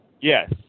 Yes